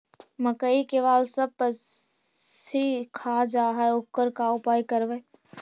मकइ के बाल सब पशी खा जा है ओकर का उपाय करबै?